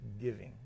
giving